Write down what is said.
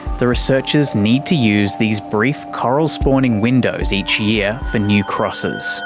the researchers need to use these brief coral spawning windows each year for new crosses